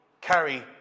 carry